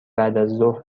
بعدازظهر